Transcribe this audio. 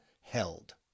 held